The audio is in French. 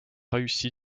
réussi